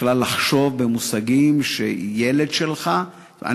בכלל לחשוב במושגים שילד שלך,